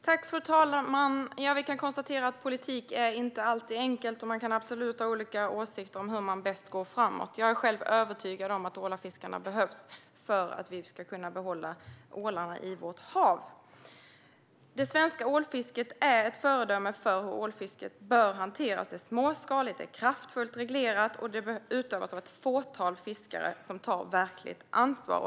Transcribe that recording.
Fru talman! Ja, vi kan konstatera att politik inte alltid är enkel. Man kan absolut ha olika åsikter om hur man bäst går framåt. Jag är övertygad om att ålfiskarna behövs för att vi ska kunna behålla ålarna i vårt hav. Det svenska ålfisket är ett föredöme i fråga om hur ålfisket bör hanteras - det är småskaligt och kraftfullt reglerat, och det utövas av ett fåtal fiskare som tar verkligt ansvar.